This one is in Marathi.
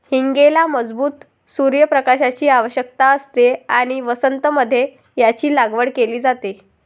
हींगेला मजबूत सूर्य प्रकाशाची आवश्यकता असते आणि वसंत मध्ये याची लागवड केली जाते